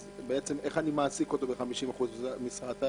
בעצם, איך אני מעסיק אותו ב-50% משרה?